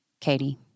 Katie